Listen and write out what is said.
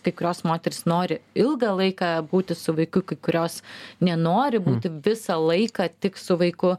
kai kurios moterys nori ilgą laiką būti su vaiku kai kurios nenori būti visą laiką tik su vaiku